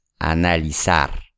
analizar